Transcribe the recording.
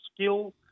skill